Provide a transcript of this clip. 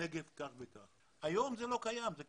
לנגב כך וכך עולים אבל היום זה לא קיים.